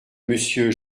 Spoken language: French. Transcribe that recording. monsieur